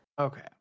Okay